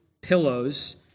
pillows